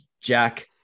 jack